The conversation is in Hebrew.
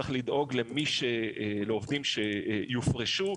צריך לדאוג לעובדים שיפרשו,